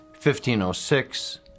1506